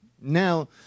Now